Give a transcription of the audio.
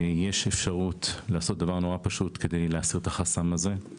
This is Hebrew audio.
יש אפשרות לעשות דבר פשוט מאוד כדי להסיר את החסם הזה.